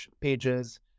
pages